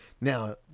Now